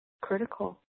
critical